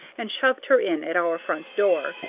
and shoved her in at our front door,